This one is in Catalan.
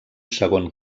segon